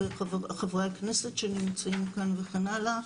וחברי הכנסת שנמצאים כאן וכן הלאה,